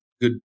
good